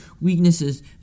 weaknesses